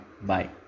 Bye